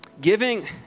giving